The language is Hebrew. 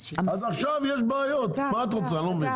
אז עכשיו יש בעיות, אני לא מבין מה את רוצה.